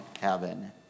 heaven